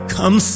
Come